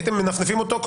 הייתם מנפנפים אותו,